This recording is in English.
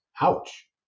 Ouch